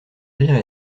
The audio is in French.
rire